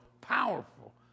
powerful